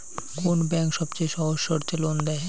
কোন ব্যাংক সবচেয়ে সহজ শর্তে লোন দেয়?